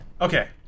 okay